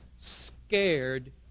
scared